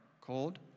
cold